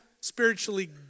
spiritually